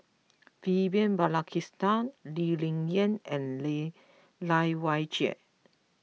Vivian Balakrishnan Lee Ling Yen and Lai Weijie